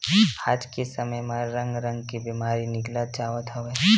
आज के समे म रंग रंग के बेमारी निकलत जावत हवय